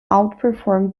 outperformed